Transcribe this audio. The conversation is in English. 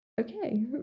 okay